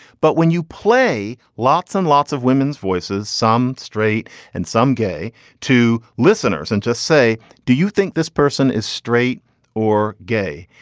but when you play lots and lots of women's voices, some straight and some gay to listeners and just say, do you think this person is straight or gay,